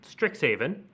Strixhaven